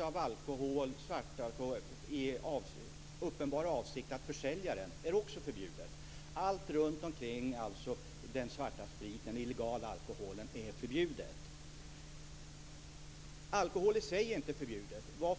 av svartalkohol i uppenbar avsikt att försälja den är också förbjudet. Allt runtomkring den svarta alkoholen, den illegala alkoholen, är alltså förbjudet. Alkohol i sig, som substans, är inte förbjuden.